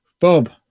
Bob